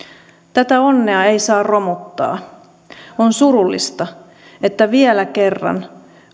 tätä onnea ei saa romuttaa on surullista että vielä kerran